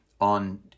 on